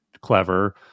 clever